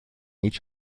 each